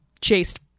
chased